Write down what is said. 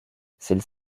celles